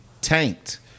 tanked